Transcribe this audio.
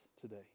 today